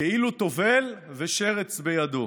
כאילו טובל ושרץ בידו.